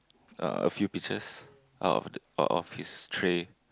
uh few pieces out of out of his tray